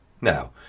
Now